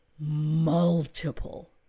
Multiple